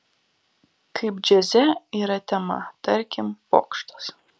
kaip džiaze yra tema tarkim bokštas